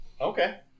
okay